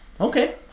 okay